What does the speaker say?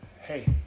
Hey